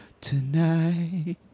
tonight